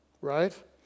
right